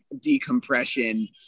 decompression